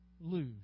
lose